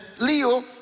Leo